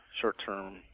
short-term